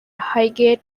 highgate